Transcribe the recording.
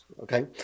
okay